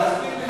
אז מה,